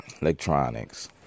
electronics